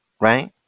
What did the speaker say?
right